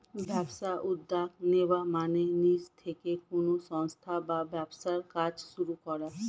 ব্যবসায় উদ্যোগ নেওয়া মানে নিজে থেকে কোনো সংস্থা বা ব্যবসার কাজ শুরু করা